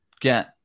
get